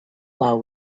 are